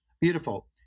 Beautiful